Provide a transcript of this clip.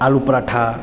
आलू पराठा